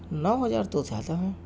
نو ہزار تو زیادہ ہیں